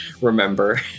remember